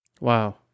wow